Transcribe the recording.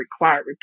required